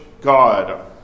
God